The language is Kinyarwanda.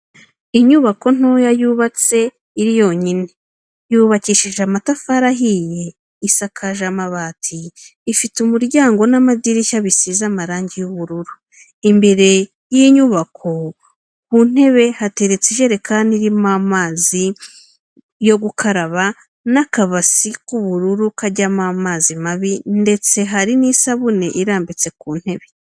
Inyubako ntoya yubatse iri yonyine, yubakishije amatafari ahiye isakaje amabati ifite umuryango n'amadirishya bisize amarangi y'ubururu, imbere y'inyubako ku ntebe hateretse ijerekani irimo amazi yo gukaraba n'akabase k'ubururu kajyamo amazi mabi ndetse hari n'isabuni irambitse ku ntebe.